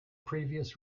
previous